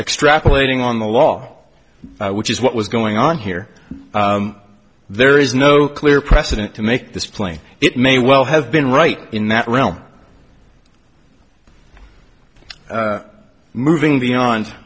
extrapolating on the law which is what was going on here there is no clear precedent to make this plane it may well have been right in that realm moving beyond